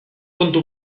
kontu